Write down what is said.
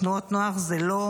תנועות נוער זה לא